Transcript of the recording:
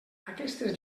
aquestes